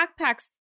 backpacks